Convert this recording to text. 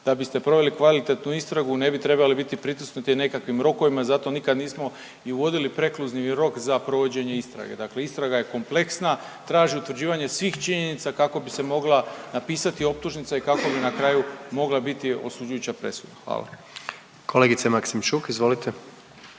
da biste proveli kvalitetnu istragu ne bi trebali biti pritisnuti nekakvim rokovima i zato nikad nismo ni uvodili prekluzni rok za provođenje istrage. Dakle, istraga je kompleksna, traži utvrđivanje svih činjenica kako bi se mogla napisati optužnica i kako bi na kraju mogla biti osuđujuća presuda. Hvala. **Jandroković,